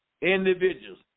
individuals